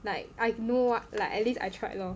like I know what like at least I tried lor